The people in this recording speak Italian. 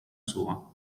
sua